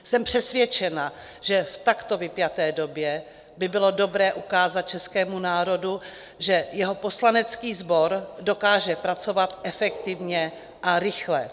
Jsem přesvědčena, že v takto vypjaté době by bylo dobré ukázat českému národu, že jeho poslanecký sbor dokáže pracovat efektivně a rychle.